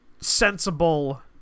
sensible